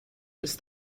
ist